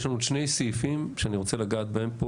יש לנו עוד שני סעיפים שאני רוצה לגעת פה,